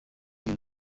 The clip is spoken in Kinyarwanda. your